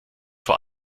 vor